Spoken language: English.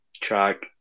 track